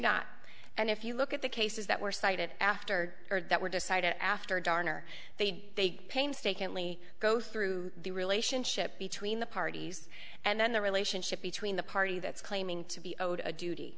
not and if you look at the cases that were cited after that were decided after darner they'd painstakingly go through the relationship between the parties and then the relationship between the party that's claiming to be owed a duty